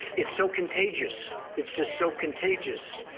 it's so contagious, it's just so contagious,